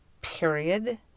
period